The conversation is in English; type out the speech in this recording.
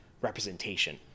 representation